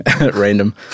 random